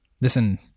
Listen